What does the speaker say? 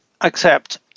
accept